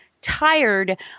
tired